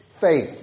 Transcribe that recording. faith